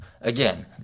Again